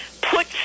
put